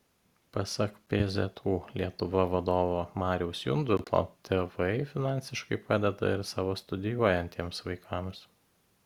pasak pzu lietuva vadovo mariaus jundulo tėvai finansiškai padeda ir savo studijuojantiems vaikams